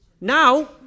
Now